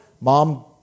mom